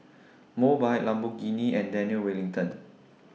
Mobike Lamborghini and Daniel Wellington